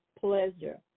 pleasure